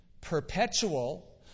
perpetual